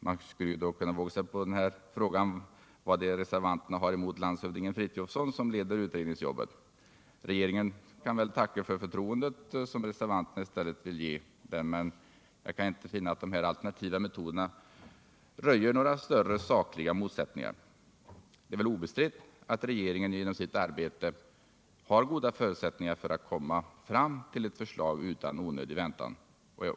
Jag kanske vågar fråga vad reservanterna har emot landshövding Frithiofson som leder utredningsarbetet. Regeringen får väl tacka för det förtroende som reservanterna i stället vill ge den, men jag kan inte inse att de här alternativa metoderna röjer några större sakliga motsättningar. Det är obestritt att utredningen genom sitt pågående arbete har goda förutsättningar för att komma fram till ett förslag utan onödig väntan.